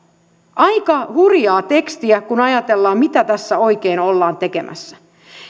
aika hurjaa tekstiä kun ajatellaan mitä tässä oikein ollaan tekemässä